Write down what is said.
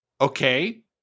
okay